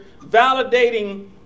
validating